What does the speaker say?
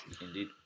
Indeed